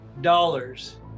dollars